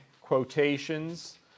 quotations